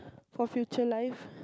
for future life